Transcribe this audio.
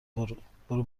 برو، برو